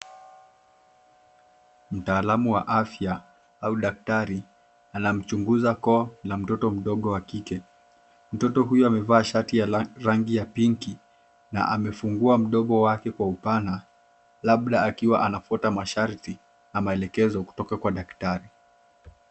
Mtaalam wa afya au daktari anamchunguza koo la mtoto mdogo wa kike. Mtoto huyo amevaa shati la rangi ya pinki na amefungua mdomo wake kwa upana labda akiwa anafuata masharti na maelekezo kutoka kwa daktari.